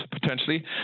potentially